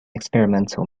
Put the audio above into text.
experimental